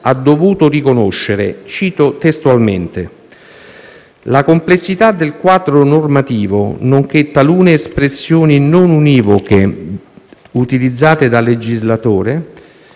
ha dovuto riconoscere, cito testualmente: «la complessità del quadro normativo nonché talune espressioni non univoche utilizzate dal legislatore»